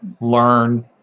learn